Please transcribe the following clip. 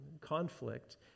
conflict